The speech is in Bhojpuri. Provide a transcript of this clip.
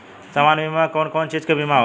सामान्य बीमा में कवन कवन चीज के बीमा होला?